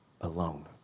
alone